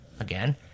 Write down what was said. Again